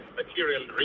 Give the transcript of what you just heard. material